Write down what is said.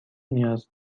نیاز